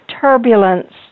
turbulence